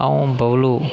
अ'ऊ बबलू